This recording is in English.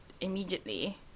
immediately